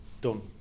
done